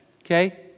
okay